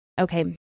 Okay